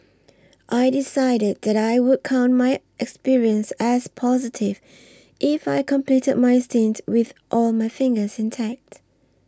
I decided that I would count my experience as positive if I completed my stint with all my fingers intact